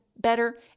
better